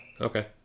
Okay